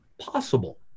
Possible